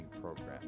program